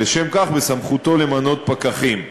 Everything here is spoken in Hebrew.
לשם כך, בסמכותו למנות פקחים.